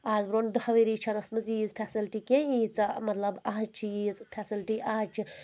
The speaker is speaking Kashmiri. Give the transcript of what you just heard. آز برٛونٛہہ دہ ؤری چھَنہٕ ٲسۍ مٕژ ییٖژ فیسلٹی کینٛہہ ییٖژاہ مطلب آز چھِ ییٖژ فیسلٹی آز چھِ